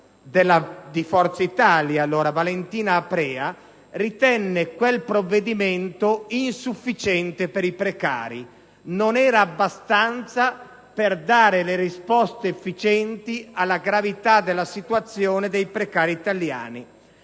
alla Camera, Valentina Aprea, ritenne quel provvedimento insufficiente per i precari: non era abbastanza per dare risposte efficienti alla gravità della situazione dei precari italiani.